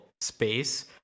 space